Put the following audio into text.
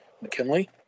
McKinley